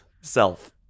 self